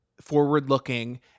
forward-looking